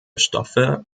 stoffe